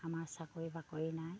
আমাৰ চাকৰি বাকৰি নাই